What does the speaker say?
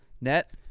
net